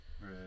Right